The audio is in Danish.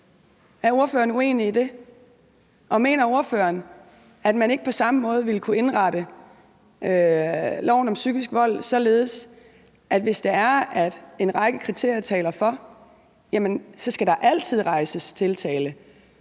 Er ordføreren uenig i det, og mener ordføreren, at man ikke på samme måde vil kunne indrette loven om psykisk vold, således at hvis det er, at en række kriterier taler for det, så skal der altid rejses tiltale